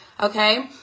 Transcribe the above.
okay